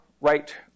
right